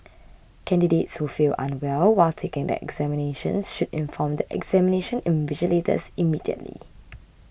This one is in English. candidates who feel unwell while taking the examinations should inform the examination invigilators immediately